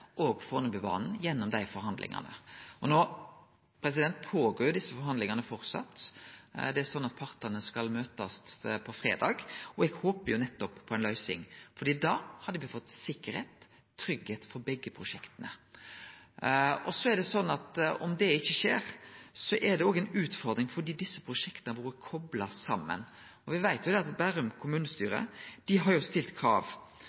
og Fornebubanen gjennom dei forhandlingane. No er desse forhandlingane framleis i gang. Partane skal møtast på fredag, og eg håper på ei løysing. Da hadde me fått sikkerheit, tryggheit, for begge prosjekta. Så er det slik at om det ikkje skjer, er det også ei utfordring, for desse prosjekta har vore kopla saman. Me veit at Bærum kommunestyre har stilt krav. For bl.a. å tilfredsstille kravet om 11 000 bustader har dei stilt krav